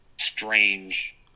strange